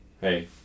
Hey